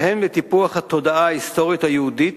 והן לטיפוח התודעה ההיסטורית היהודית,